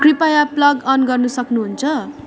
कृपया plug in गर्न सक्नुहुन्छ